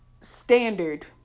standard